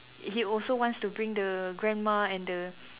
he also wants to bring the grandma and the